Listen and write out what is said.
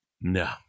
No